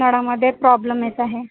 नळामध्ये problem येत आहे